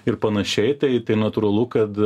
ir panašiai tai tai natūralu kad